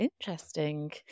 interesting